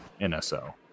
NSO